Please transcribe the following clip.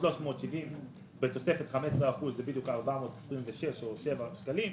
370 שקל בתוספת 15% זה בדיוק 426 או 427 שקלים.